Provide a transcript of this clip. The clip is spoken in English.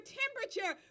temperature